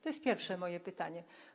To jest pierwsze moje pytanie.